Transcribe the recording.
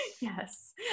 yes